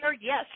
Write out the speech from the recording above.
yes